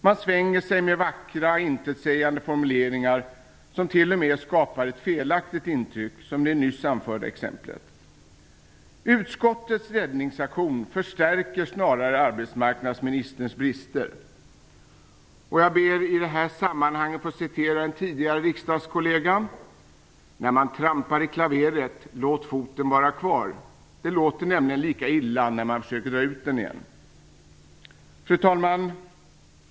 Man svänger sig med vackra, intetsägande formuleringar, som t.o.m. skapar ett felaktigt intryck, som i det nyss anförda exemplet. Utskottets räddningsaktion förstärker snarare arbetsmarknadsministerns brister. Jag ber att i det här sammanhanget få citera en tidigare riksdagskollega: "När man trampar i klaveret, låt foten vara kvar. Det låter nämligen lika illa när man försöker att dra ut den igen." Fru talman!